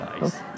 Nice